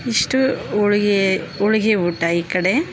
ಇಷ್ಟು ಹೋಳಿಗೆ ಹೋಳಿಗೆ ಊಟ ಈ ಕಡೆ